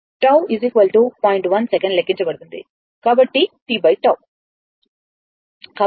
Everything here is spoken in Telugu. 1 సెకను లెక్కించబడుతుంది కాబట్టి tτ